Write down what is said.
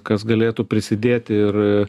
kas galėtų prisidėti ir